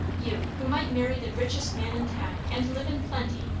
you, who might marry the richest man in town and live in plenty,